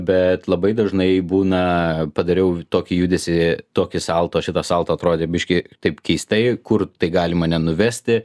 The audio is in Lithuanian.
bet labai dažnai būna padariau tokį judesį tokį salto šita salto atrodė biškį taip keistai kur tai gali mane nuvesti